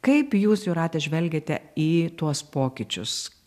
kaip jūs jūrate žvelgiate į tuos pokyčius